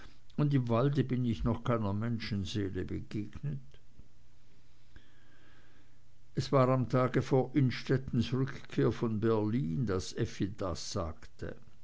und im wald bin ich noch keiner menschenseele begegnet es war am tage vor innstettens rückkehr von berlin daß effi das sagte